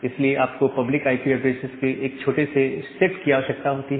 इसलिए आपको public IP addresses के एक छोटे से सेट की आवश्यकता होती है